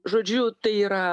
žodžiu tai yra